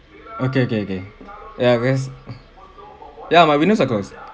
okay okay okay ya I guess ya my windows are closed